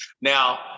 Now